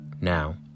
Now